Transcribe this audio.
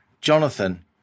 Jonathan